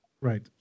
right